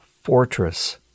fortress